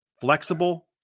flexible